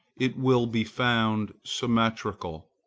it will be found symmetrical,